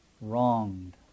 wronged